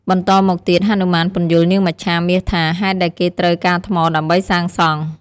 បន្តមកទៀត ហនុមានពន្យល់នាងមច្ឆាមាសថា ហេតុដែលគេត្រូវការថ្មដើម្បីសាងសង។